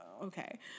Okay